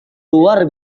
luar